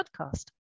podcast